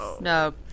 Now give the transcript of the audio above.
no